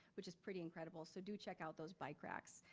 which is pretty incredible. so do check out those bike racks,